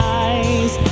eyes